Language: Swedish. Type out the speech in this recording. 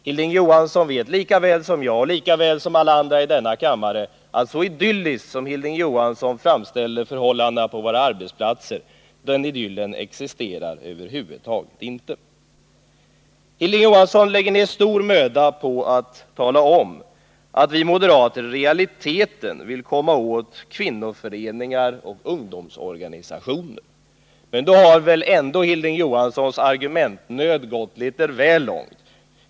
Hilding Johansson vet lika väl som jag och alla andra i denna kammare att så idylliskt som Hilding Johansson framställer förhållandena på våra arbetsplatser är det inte. Hilding Johansson lägger ned stor möda på att tala om att vi moderater i realiteten vill komma åt kvinnoföreningar och ungdomsorganisationer. Men då har väl ändå Hilding Johansson i sin argumentnöd gått litet väl långt.